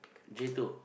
J two